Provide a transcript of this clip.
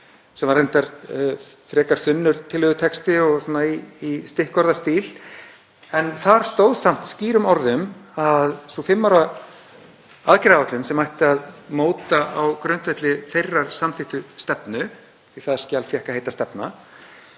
sem var reyndar frekar þunnur tillögutexti og svona í stikkorðastíl, en þar stóð samt skýrum orðum að sú fimm ára aðgerðaáætlun sem ætti að móta á grundvelli þeirrar samþykktu stefnu, því það skjal fékk að heita stefna,